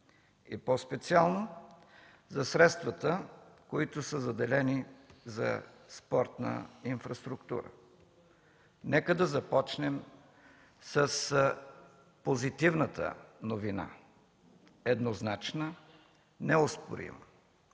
и по-специално за средствата, които са заделени за спортна инфраструктура. Нека да започнем с позитивната новина – еднозначна, неоспорима.